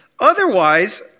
Otherwise